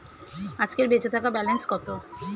আজকের বেচে থাকা ব্যালেন্স কত?